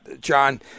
John